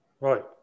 Right